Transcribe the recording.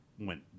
went